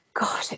God